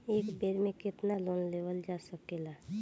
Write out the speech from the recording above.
एक बेर में केतना लोन लेवल जा सकेला?